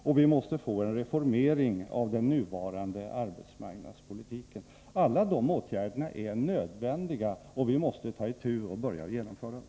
Och vi måste få en reformering av den nuvarande arbetsmarknadspolitiken. Alla de åtgärderna är nödvändiga, och vi måste börja genomföra dem.